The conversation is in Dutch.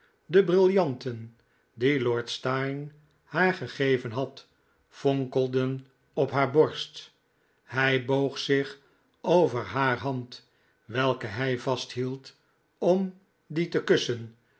de briljanten die lord steyne haar gegeven had fonkelden op haar borst hij boog zich over haar hand welke hij vasthield om die te kussen